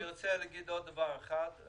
אני רוצה להגיד עוד דבר אחד.